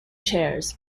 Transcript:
chairs